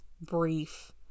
brief